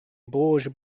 borges